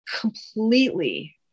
completely